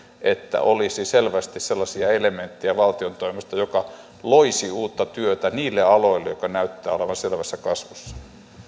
että olisi selvästi sellaisia elementtejä valtion toimesta jotka loisivat uutta työtä niille aloille jotka näyttävät olevan selvässä kasvussa